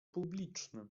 publiczny